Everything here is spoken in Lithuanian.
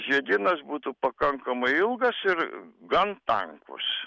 žiedynas būtų pakankamai ilgas ir gan tankus